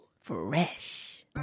Fresh